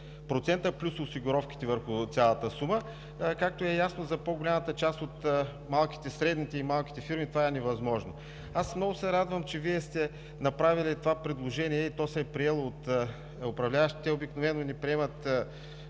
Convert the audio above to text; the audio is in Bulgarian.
– 40% плюс осигуровките върху цялата сума. Както е ясно, за по-голямата част от средните и малките фирми това е невъзможно. Аз много се радвам, че Вие сте направили това предложение и то се е приело от управляващите. Обикновено те не приемат